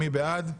מי בעד?